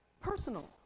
personal